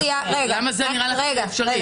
למה זה נראה לך אפשרי?